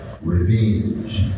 revenge